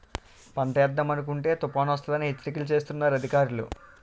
పంటేద్దామనుకుంటే తుపానొస్తదని హెచ్చరికలు సేస్తన్నారు అధికారులు